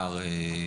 אישית?